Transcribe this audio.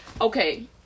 okay